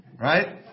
Right